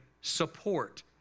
support